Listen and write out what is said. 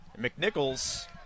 McNichols